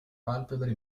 palpebre